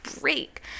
break